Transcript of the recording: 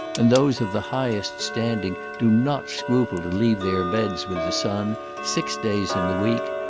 and those of the highest standing do not scruple to leave their beds with the sun, six days in the week,